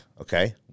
okay